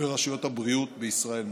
ברשויות הבריאות בישראל.